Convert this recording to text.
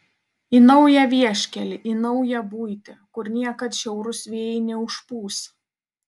į naują vieškelį į naują buitį kur niekad šiaurūs vėjai neužpūs